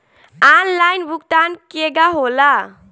Online भुगतान केगा होला?